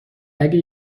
اگه